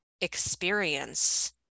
experience